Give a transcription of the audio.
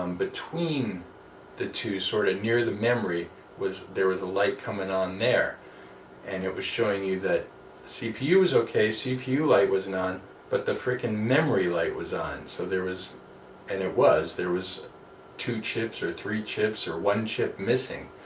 um between the two sort of near the memory was there was a light coming on there and it was showing you that cpu was okay? see if you light was not but the freaking memory light was on so there was and it was there was two chips or three chips or one chip missing